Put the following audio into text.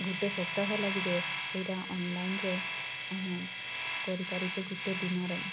ଗୋଟେ ସପ୍ତାହ ଲାଗି ଯାଏ ସେଇଟା ଅନଲାଇନରେ ଆମେ କରି ପାରୁଛେ ଗୋଟେ ଦିନର